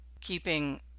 keeping